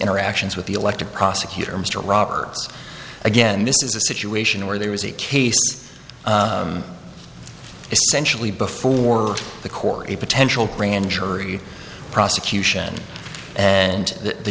interactions with the elected prosecutor mr roberts again this is a situation where there was a case essentially before the court a potential grand jury prosecution and the